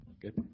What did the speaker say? Good